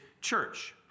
church